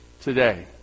today